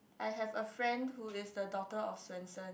I have a friend who is the daughter of Swensen